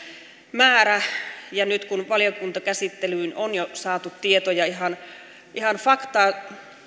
määrä ja nyt kun valiokuntakäsittelyyn on jo saatu tietoja ihan ihan faktaa